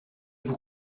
vous